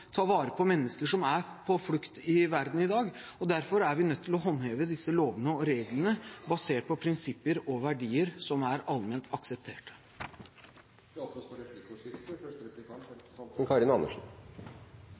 ta vare på mennesker som er på flukt i verden i dag, og derfor er vi nødt til å håndheve disse lovene og reglene basert på prinsipper og verdier som er allment akseptert. Det åpnes for replikkordskifte. På dette punktet er